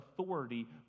authority